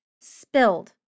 spilled